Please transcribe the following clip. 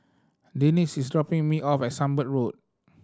Denese is dropping me off at Sunbird Road